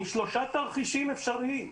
עם שלושה תרחישים אפשריים.